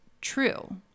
true